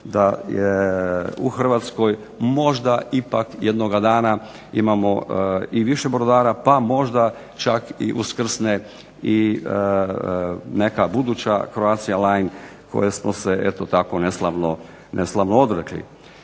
da u Hrvatskoj možda ipak jednoga dana imamo i više brodara pa možda čak i uskrsne i neka buduća Croatia Line koje smo se eto tako neslavno odrekli.